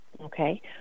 okay